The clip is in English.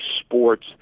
sports